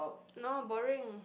nor boring